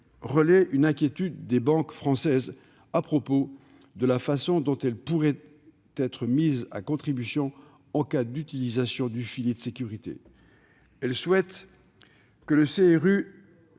relaie une inquiétude des banques françaises sur la façon dont celles-ci pourraient être mises à contribution en cas d'utilisation du filet de sécurité. Elles souhaitent que le CRU